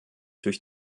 durch